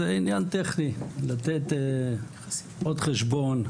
זה עניין טכני לתת עוד חשבון,